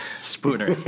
Spooner